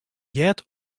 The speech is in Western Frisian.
heard